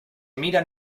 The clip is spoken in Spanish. miran